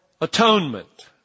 atonement